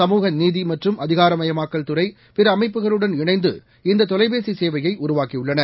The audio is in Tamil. சமூக நீதி மற்றும் அதிகாரமயமாக்கல் துறை பிற அமைப்புகளுடன் இணைந்து இந்த தொலைபேசி சேவையை உருவாக்கியுள்ளன